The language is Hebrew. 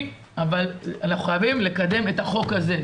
אבל אנחנו חייבים לקדם את החוק הזה.